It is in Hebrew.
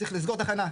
צריך לסגור תחנה,